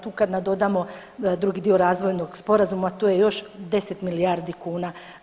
Tu kad nadodamo drugi dio razvojnog sporazuma tu je još 10 milijardi kuna.